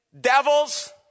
devils